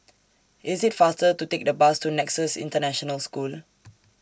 IT IS faster to Take The Bus to Nexus International School